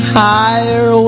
higher